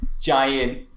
giant